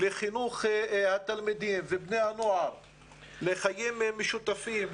לחינוך התלמידים ובני הנוער לחיים משותפים,